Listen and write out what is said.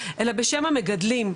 אלא בשם המגדלים.